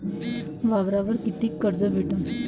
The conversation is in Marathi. वावरावर कितीक कर्ज भेटन?